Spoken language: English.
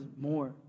more